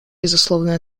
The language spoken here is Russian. безусловную